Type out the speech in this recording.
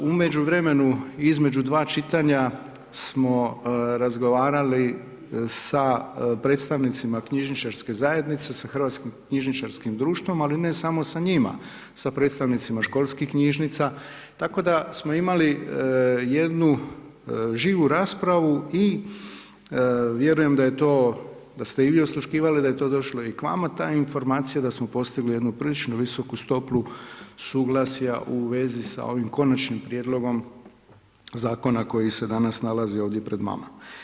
U međuvremenu između 2 čitanja smo razgovarali sa predstavnicima knjižničarske zajednice, sa Hrvatskim knjižničarskim društvom, ali ne samo s njima, sa predstavnicima školskih knjižnica, tako da smo imali jednu živu raspravu i vjerujem da je to, da ste i vi to osluškivali da je to došlo i k vama ta informacija, da smo postigli jednu prilično visoku stopu suglasja u vezi sa ovim konačnim prijedlogom zakona koji se danas nalazi ovdje pred vama.